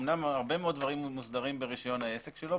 אמנם יש הרבה מאוד דברים שמוסדרים ברישיון העסק שלו,